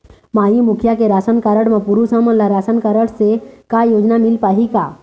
माई मुखिया के ration card म पुरुष हमन ला रासनकारड से का योजना मिल पाही का?